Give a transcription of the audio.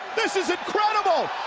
this is incredible.